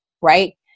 right